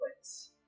place